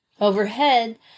Overhead